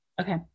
Okay